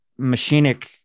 machinic